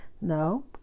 no